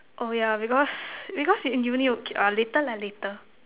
oh ya because because in Uni okay ah later lah later